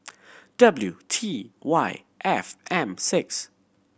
W T Y F M six